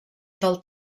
del